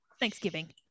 Thanksgiving